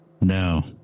No